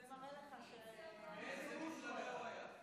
זה מראה לך, באיזו מפלגה הוא היה?